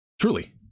Truly